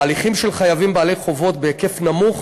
בהליכים של חייבים בעלי חובות בהיקף נמוך